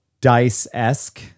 Dice-esque